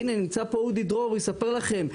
הנה נמצא פה אודי דרור הוא יספר לכם,